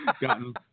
gotten